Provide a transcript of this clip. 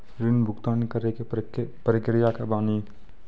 ऋण भुगतान करे के प्रक्रिया का बानी?